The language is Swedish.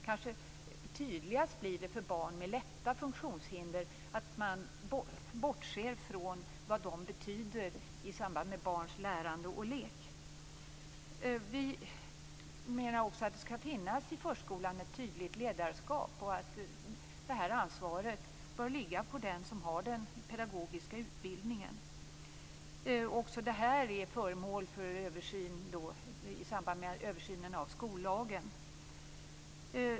Tydligast blir det kanske när det gäller barn med lätta funktionshinder att man bortser från betydelsen av dessa i samband med barns lärande och lek. Vi menar också att det skall finnas ett tydligt ledarskap i förskolan och att ansvaret bör ligga på den som har den pedagogiska utbildningen. Också detta är föremål för översyn i samband med översynen av skollagen.